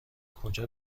کجا